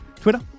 Twitter